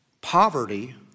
Poverty